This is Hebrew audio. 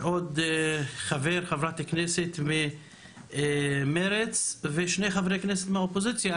חברת כנסת ממרץ ושני חברי כנסת מהאופוזיציה.